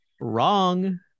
wrong